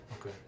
Okay